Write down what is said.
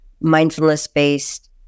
mindfulness-based